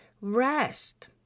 Rest